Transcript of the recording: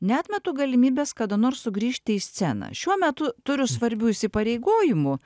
neatmetu galimybės kada nors sugrįžti į sceną šiuo metu turiu svarbių įsipareigojimų